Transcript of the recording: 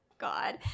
god